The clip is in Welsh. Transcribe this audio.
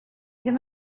ddim